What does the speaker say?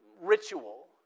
ritual